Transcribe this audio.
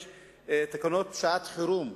ויש תקנות שעת-חירום,